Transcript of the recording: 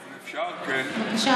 אם אפשר, כן.